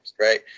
right